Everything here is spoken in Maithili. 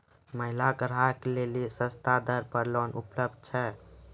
महिला ग्राहक लेली सस्ता दर पर लोन उपलब्ध छै?